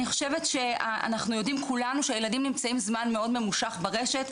חושבת שאנחנו יודעים כולנו שהילדים נמצאים זמן מאוד ממושך ברשת,